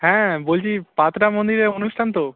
হ্যাঁ বলছি পাত্রা মন্দিরে অনুষ্ঠান তো